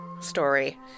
story